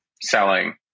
selling